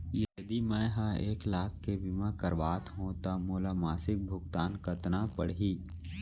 यदि मैं ह एक लाख के बीमा करवात हो त मोला मासिक भुगतान कतना पड़ही?